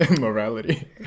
Morality